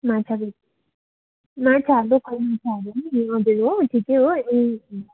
माछा माछा हजुर हो ठिकै हो ए